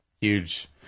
huge